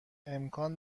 امکان